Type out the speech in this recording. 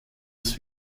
das